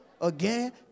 again